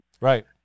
Right